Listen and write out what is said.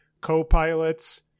co-pilots